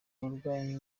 uburwayi